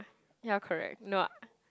ya correct no